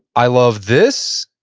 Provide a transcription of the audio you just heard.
i love this?